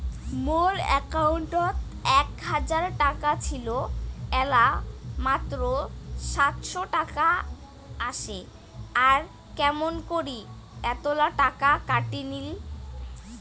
মোর একাউন্টত এক হাজার টাকা ছিল এলা মাত্র সাতশত টাকা আসে আর কেমন করি এতলা টাকা কাটি নিল?